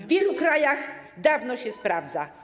W wielu krajach dawno się sprawdza.